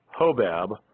Hobab